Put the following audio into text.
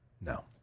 No